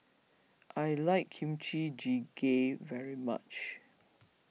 I like Kimchi Jjigae very much